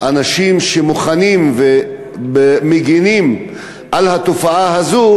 אנשים שמוכנים ומגינים על התופעה הזו,